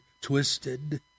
twisted